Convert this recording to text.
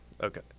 Okay